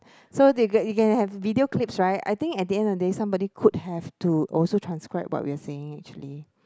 so they get you can have video clips right I think at the end of the day somebody could have to also transcribe what we are saying actually